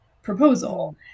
proposal